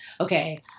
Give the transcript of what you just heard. okay